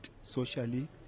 socially